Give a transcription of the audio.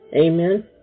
Amen